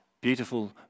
beautiful